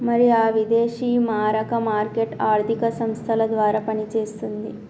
మరి ఆ విదేశీ మారక మార్కెట్ ఆర్థిక సంస్థల ద్వారా పనిచేస్తుంది